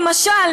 למשל,